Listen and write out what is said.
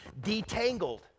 detangled